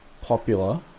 popular